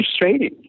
frustrating